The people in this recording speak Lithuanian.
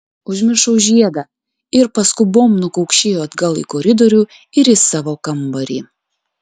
užmiršau žiedą ir paskubom nukaukšėjo atgal į koridorių ir į savo kambarį